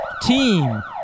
team